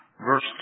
Verse